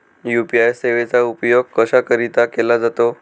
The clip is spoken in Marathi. यू.पी.आय सेवेचा उपयोग कशाकरीता केला जातो?